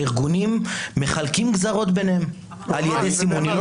הארגונים מחלקים גזרות ביניהם על ידי סימונים.